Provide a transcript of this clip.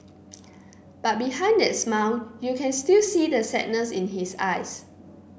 but behind that smile you can still see the sadness in his eyes